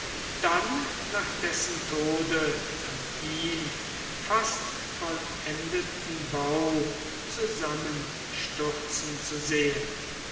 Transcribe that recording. dann nach dessen tode von ihm fast vollendeten bau zusammenstürzen zu sehen